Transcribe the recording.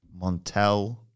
Montel